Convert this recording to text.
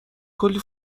کلی